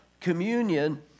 communion